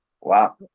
Wow